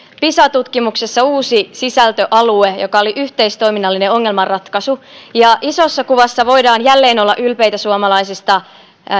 pisa tutkimuksessa uusi sisältöalue joka oli yhteistoiminnallinen ongelmanratkaisu ja isossa kuvassa voidaan jälleen olla ylpeitä suomalaisista